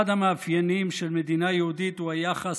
אחד המאפיינים של מדינה יהודית הוא היחס